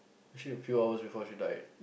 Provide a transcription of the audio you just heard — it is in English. actually a few hours before she died